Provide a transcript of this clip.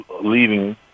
leaving